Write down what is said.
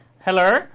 Hello